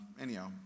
anyhow